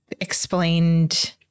explained